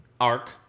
arc